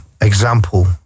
example